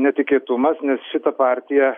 netikėtumas nes šita partija